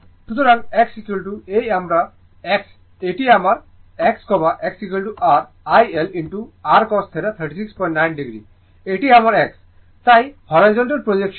সুতরাং x এই আমার x এটি আমার x xr IL r cos 369 o এটি আমার x তাই হরাইজন্টাল প্রজেকশন